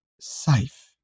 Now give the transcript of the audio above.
safe